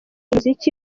umuziki